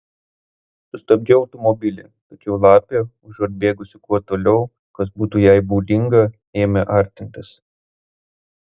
sustabdžiau automobilį tačiau lapė užuot bėgusi kuo toliau kas būtų jai būdinga ėmė artintis